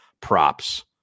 props